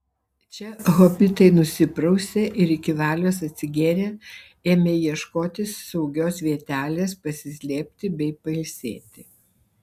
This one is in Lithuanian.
čia hobitai nusiprausė ir iki valios atsigėrę ėmė ieškotis saugios vietelės pasislėpti bei pailsėti